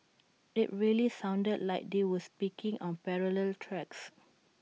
IT really sounded like they were speaking on parallel tracks